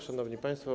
Szanowni Państwo!